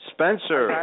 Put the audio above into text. Spencer